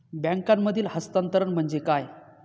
बँकांमधील हस्तांतरण म्हणजे काय?